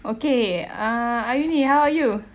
okay ah ayuni how are you